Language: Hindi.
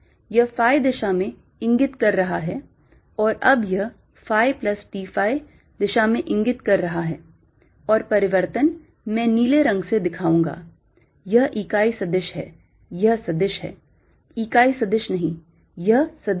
यह phi दिशा में इंगित कर रहा था और अब यह phi plus d phi दिशा में इंगित कर रहा है और परिवर्तन मैं नीले रंग से दिखाऊंगा यह इकाई सदिश है यह सदिश इकाई सदिश नहीं यह सदिश है